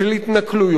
של פעולות טרוריסטיות,